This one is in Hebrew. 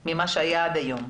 יותר ממה שהיה עד היום.